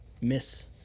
Miss